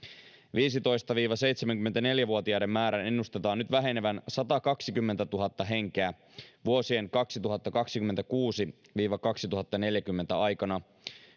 viisitoista viiva seitsemänkymmentäneljä vuotiaiden määrän ennustetaan nyt vähenevän satakaksikymmentätuhatta henkeä vuosien kaksituhattakaksikymmentäkuusi viiva kaksituhattaneljäkymmentä aikana